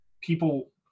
people